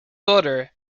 daughter